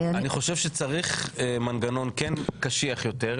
אני חושב שצריך מנגנון כן קשיח יותר,